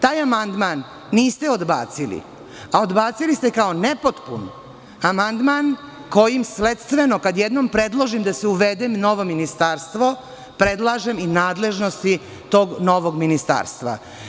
Taj amandman niste odbacili, a odbacili ste kao nepotpun amandman kojim sledstveno kad jednom predložim da se uvede novo Ministarstvo, predlažem i nadležnost i takvog ministarstva.